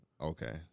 Okay